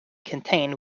contained